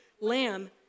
lamb